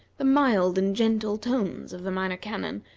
the mild and gentle tones of the minor canon,